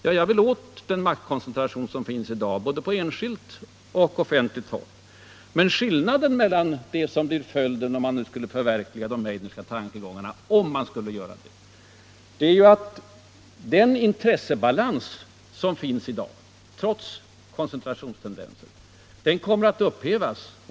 Ja, jag vill åt den maktkoncentration som finns i dag, både på enskilt och på offentligt håll. Men skillnaden mellan det som blir följden om man förverkligar de Meidnerska tankegångarna och de nuvarande förhållandena är att den intressebalans som finns i dag — trots koncentrationstendenserna - kommer att upp hävas.